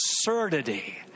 absurdity